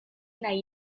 nahi